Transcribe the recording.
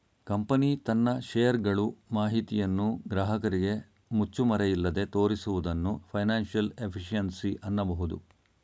company ತನ್ನ share ಗಳು ಮಾಹಿತಿಯನ್ನು ಗ್ರಾಹಕರಿಗೆ ಮುಚ್ಚುಮರೆಯಿಲ್ಲದೆ ತೋರಿಸುವುದನ್ನು ಫೈನಾನ್ಸಿಯಲ್ ಎಫಿಷಿಯನ್ಸಿ ಅನ್ನಬಹುದು